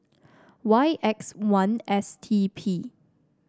Y X one S T P